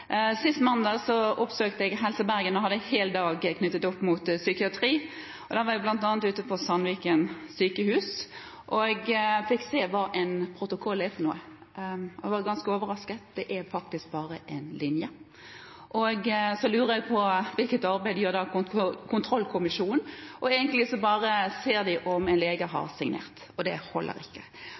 Sist mandag oppsøkte jeg Helse Bergen og hadde en hel dag knyttet opp mot psykiatri. Jeg var bl.a. ute på Sandviken sykehus og fikk se hva en protokoll er. Jeg ble ganske overrasket – det er faktisk bare en linje. Så lurer jeg på: Hvilket arbeid gjør da kontrollkommisjonen? Egentlig ser de bare om en lege har signert, og det holder ikke.